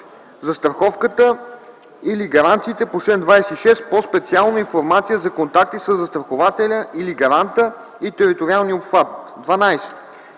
застраховката или гаранциите по чл. 26, по-специално информация за контакти със застрахователя или гаранта и териториалния обхват; 12.